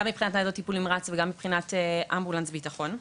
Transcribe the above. גם מבחינת ניידות טיפול נמרץ וגם מבחינת אמבולנס ביטחון.